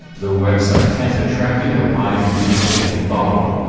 the website has attracted a wide readership and following.